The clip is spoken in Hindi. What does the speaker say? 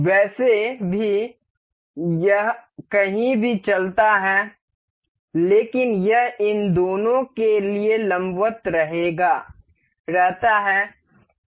वैसे भी यह कहीं भी चलता है लेकिन यह इन दोनों के लिए लंबवत रहता है